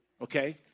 okay